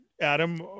Adam